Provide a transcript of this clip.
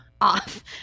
off